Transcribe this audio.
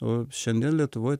o šiandien lietuvoj